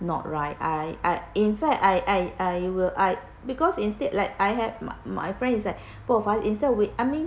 not right I I in fact I I I will I because instead like I had my friend is like both of us inside wait I mean